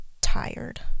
tired